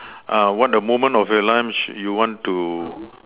ah what a moment of your lunch you want to